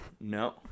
No